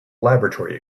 laboratory